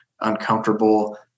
uncomfortable